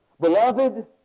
Beloved